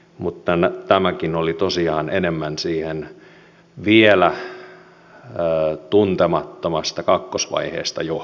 mutta tämäkin oli tosiaan enemmän vielä tuntemattomasta kakkosvaiheesta johtuen